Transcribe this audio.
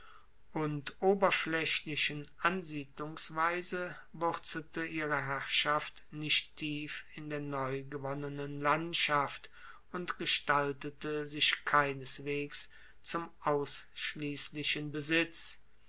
und oberflaechlichen ansiedlungsweise wurzelte ihre herrschaft nicht tief in der neu gewonnenen landschaft und gestaltete sich keineswegs zum ausschliesslichen besitz